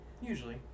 Usually